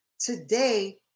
today